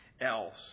else